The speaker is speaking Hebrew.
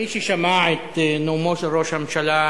מי ששמע את ראש הממשלה